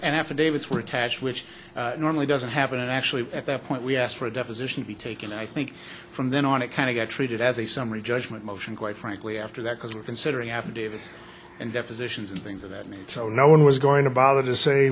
and affidavits were attached which normally doesn't happen actually at that point we asked for a deposition to be taken i think from then on it kind of got treated as a summary judgment motion quite frankly after that because we're considering affidavits and depositions and things of that so no one was going to bother to say